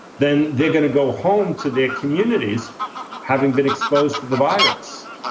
then they're going to go home to their communities having been exposed to the virus.